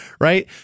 right